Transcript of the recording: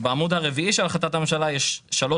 בעמוד הרביעי של החלטת הממשלה יש שלוש